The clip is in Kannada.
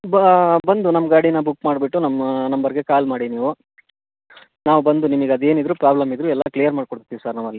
ಬಾ ಬಂದು ನಮ್ಮ ಗಾಡಿನ ಬುಕ್ ಮಾಡಿಬಿಟ್ಟು ನಮ್ಮ ನಂಬರ್ಗೆ ಕಾಲ್ ಮಾಡಿ ನೀವು ನಾವು ಬಂದು ನಿಮಿಗೆ ಅದೇನಿದ್ದರೂ ಪ್ರಾಬ್ಲಮ್ ಇದ್ದರೂ ಎಲ್ಲ ಕ್ಲಿಯರ್ ಮಾಡಿಕೊಡ್ತೀವಿ ಸರ್ ನಾವಲ್ಲಿ